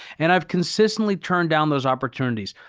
and i've consistently turned down those opportunities.